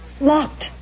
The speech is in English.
locked